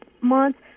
months